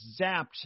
zapped